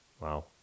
Wow